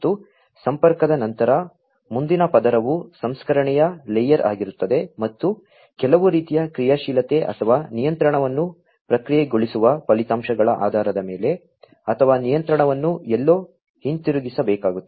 ಮತ್ತು ಸಂಪರ್ಕದ ನಂತರ ಮುಂದಿನ ಪದರವು ಸಂಸ್ಕರಣೆಯ ಲೇಯರ್ ಆಗಿರುತ್ತದೆ ಮತ್ತು ಕೆಲವು ರೀತಿಯ ಕ್ರಿಯಾಶೀಲತೆ ಅಥವಾ ನಿಯಂತ್ರಣವನ್ನು ಪ್ರಕ್ರಿಯೆಗೊಳಿಸುವ ಫಲಿತಾಂಶಗಳ ಆಧಾರದ ಮೇಲೆ ಅಥವಾ ನಿಯಂತ್ರಣವನ್ನು ಎಲ್ಲೋ ಹಿಂತಿರುಗಿಸಬೇಕಾಗುತ್ತದೆ